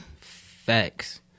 Facts